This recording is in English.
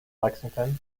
lexington